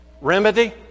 Remedy